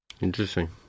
interesting